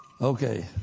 Okay